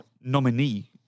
nominee